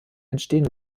entstehen